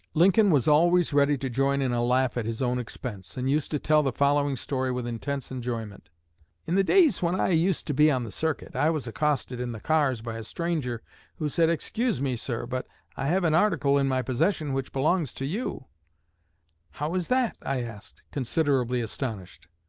lincoln was always ready to join in a laugh at his own expense, and used to tell the following story with intense enjoyment in the days when i used to be on the circuit i was accosted in the cars by a stranger who said, excuse me, sir, but i have an article in my possession which belongs to you how is that i asked, considerably astonished.